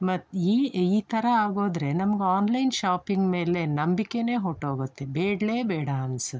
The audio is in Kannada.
ಮತ್ತು ಈ ಈ ಥರ ಆಗೋದ್ರೆ ನಮ್ಗೆ ಆನ್ಲೈನ್ ಶಾಪಿಂಗ್ ಮೇಲೆ ನಂಬಿಕೆಯೇ ಹೊರ್ಟೋಗುತ್ತೆ ಬೇಡ್ವೇ ಬೇಡ ಅನಿಸುತ್ತೆ